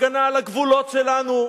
הגנה על הגבולות שלנו.